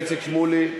איציק שמולי?